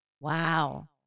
Wow